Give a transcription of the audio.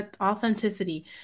authenticity